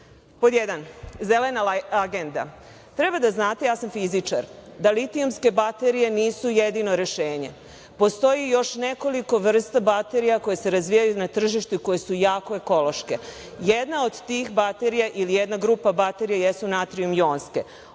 – Zelena agenda. Treba da znate, ja sam fizičar, da litijumske baterije nisu jedino rešenje. Postoji još nekoliko vrta baterija koje se razvijaju na tržištu koje su jako ekološke. Jedan od tih baterija ili jedna grupa baterija jesu natrijum jonske.